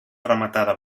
rematada